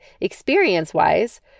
Experience-wise